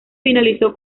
finalizó